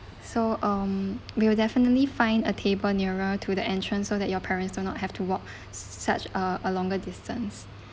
so um we will definitely find a table nearer to the entrance so that your parents do not have to walk such uh a longer distance